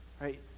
right